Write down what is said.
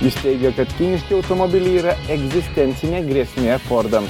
jis teigė kad kiniški automobiliai yra egzistencinė grėsmė fordam